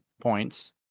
points